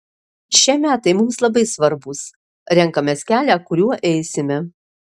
šie metai mums labai svarbūs renkamės kelią kuriuo eisime